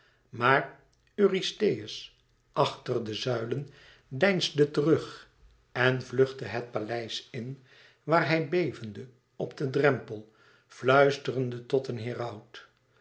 maar eurystheus achter de zuilen deinsde terug en vluchtte het paleis in waar hij bevende op den drempel fluisterde tot een heraut